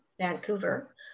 Vancouver